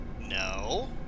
No